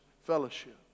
fellowship